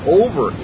over